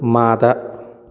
ꯃꯥꯗ